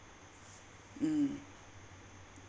um